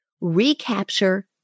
recapture